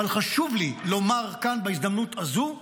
אבל חשוב לי לומר כאן בהזדמנות הזו שבעיניי,